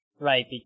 Right